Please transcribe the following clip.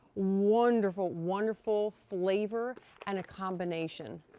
wonderful, wonderful flavor and a combination.